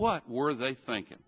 what were they thinking